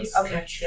Okay